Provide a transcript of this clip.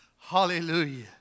Hallelujah